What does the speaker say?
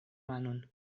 manon